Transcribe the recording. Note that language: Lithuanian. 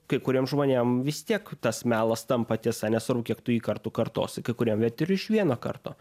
kai kuriem žmonėm vis tiek tas melas tampa tiesa nesvarbu kiek tu jį kartų kartosi kai kuriem vat ir iš vieno karto